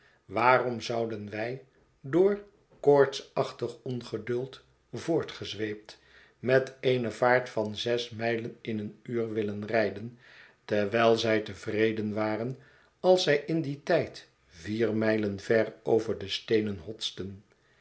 vuilwaarom zouden wij door koortsachtig ongeduld voortgezweept met eene vaart van zes mijlen in een uur willen rijden terwijl zij tevreden waren als zij in dien tijd vier mijlen ver over de steenen hotsten